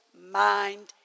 mind